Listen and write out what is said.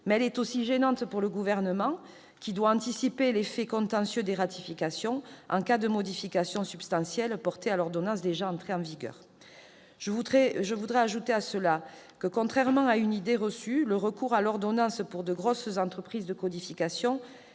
Elle est aussi gênante pour le Gouvernement, qui doit anticiper l'effet contentieux des ratifications en cas de modifications substantielles portées à l'ordonnance déjà entrée en vigueur. J'ajoute que, contrairement à une idée reçue, le recours à l'ordonnance pour d'importantes entreprises de codification n'est